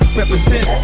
Represent